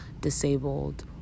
disabled